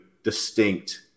Distinct